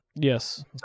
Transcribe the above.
Yes